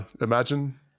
imagine